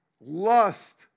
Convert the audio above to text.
lust